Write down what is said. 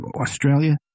Australia